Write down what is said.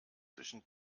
zwischen